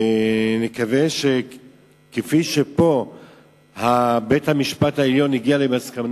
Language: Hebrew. נקווה שכפי שפה בית-המשפט העליון הגיע למסקנה